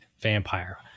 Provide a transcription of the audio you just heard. vampire